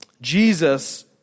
Jesus